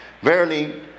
Verily